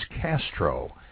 Castro